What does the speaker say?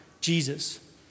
Jesus